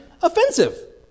Offensive